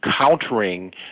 countering